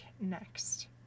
next